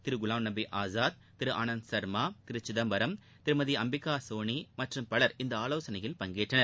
திரு குலாம்நபி ஆஸாத் திரு ஆனந்த் சா்மா திரு சிதம்பரம் திருமதி அம்பிகா சோனி மற்றும் பலர் இந்த ஆலோசனையில் பங்கேற்றனர்